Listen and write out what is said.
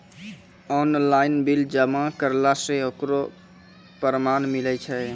Online bill जमा करला से ओकरौ परमान मिलै छै?